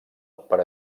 per